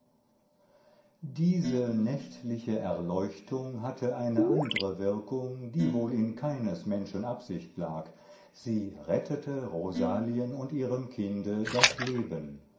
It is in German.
diese nächtliche erleuchtung hatte eine andre wirkung die wohl in keines menschen absicht lag sie rettete rosalien und ihrem kinde das leben